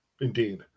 indeed